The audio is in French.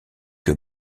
que